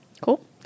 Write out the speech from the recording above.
Cool